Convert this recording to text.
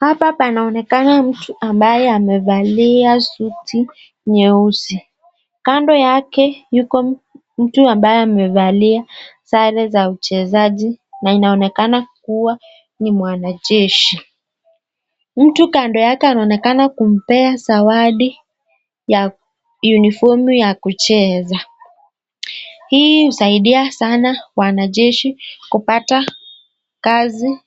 Hapa panaonekana mtu ambaye amevalia suti nyeusi. Kando yake yuko mtu ambaye amevalia sare za uchezaji na inaonekana kuwa ni mwanajeshi. Mtu kando yake anaonekana kumpea zawadi ya yunifomu ya kucheza. Hii husaidia sana wanajeshi kupata kazi